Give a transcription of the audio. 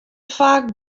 faak